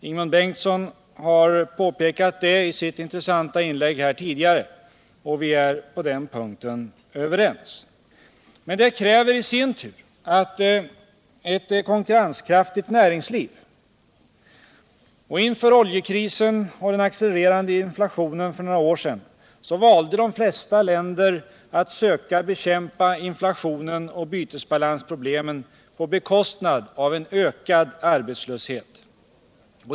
Ingemund Bengtsson har också påpekat detta i sitt intressanta inlägg här tidigare, och vi är på den punkten överens. Men en ekonomi i balans och tillväxt kräver i sin tur ett konkurrenskraftigt näringsliv. Inför oljekrisen och den accelererande inflationen för några år sedan valde de flesta länder att söka bekämpa inflationen och bytesbalansproblemen på bekostnad av en ökad arbetslöshet.